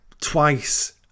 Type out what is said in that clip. twice